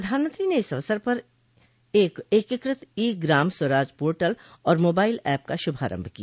प्रधानमंत्री ने इस अवसर पर एक एकीकृत ई ग्राम स्वराज पोर्टल और मोबाइल ऐप का शुभारंभ किया